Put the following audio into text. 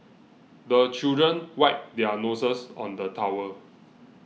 the children wipe their noses on the towel